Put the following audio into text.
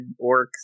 orcs